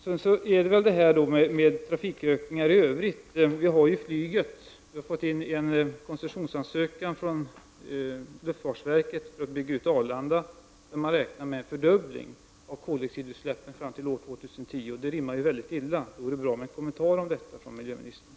När det gäller trafikökningar i övrigt har vi ju flyget. Det har från luftfartsverket kommit in en koncessionsansökan om en utbyggnad av Arlanda. Där räknas med en fördubbling av koldioxidutsläppen fram till år 2010. Detta rimmar ju mycket illa med vad jag nyss nämnde. Det skulle vara bra om man kunde få en kommentar av miljöministern.